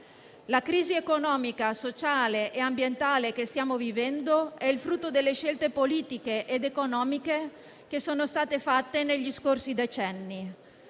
La crisi economica, sociale e ambientale che stiamo vivendo è il frutto delle scelte politiche ed economiche che sono state fatte negli scorsi decenni.